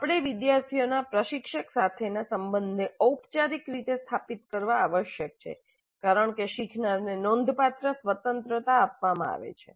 આપણે વિદ્યાર્થીના પ્રશિક્ષક સાથે નાં સંબંધને ઔપચારિક રીતે સ્થાપિત કરવા આવશ્યક છે કારણ કે શીખનારને નોંધપાત્ર સ્વતંત્રતા આપવામાં આવે છે